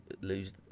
lose